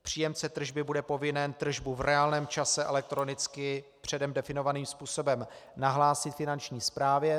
Příjemce tržby bude povinen tržbu v reálném čase elektronicky předem definovaným způsobem nahlásit finanční správě.